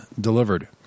delivered